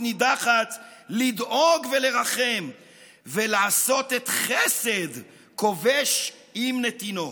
נידחת / לדאוג ולרחם / ולעשות את חסד / כובש עם נתינו,